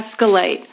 escalate